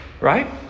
Right